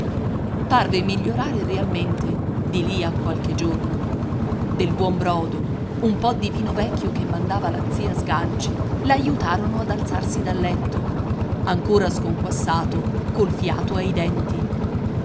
parve migliorare realmente di lì a qualche giorno del buon brodo un po di vino vecchio che mandava la zia sganci l'aiutarono ad alzarsi da letto ancora sconquassato col fiato ai denti